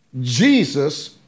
Jesus